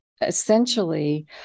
essentially